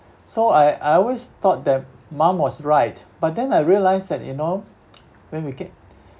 so I I always thought that mum was right but then I realised that you know when we get